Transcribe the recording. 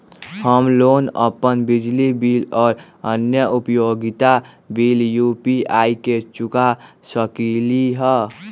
हम लोग अपन बिजली बिल और अन्य उपयोगिता बिल यू.पी.आई से चुका सकिली ह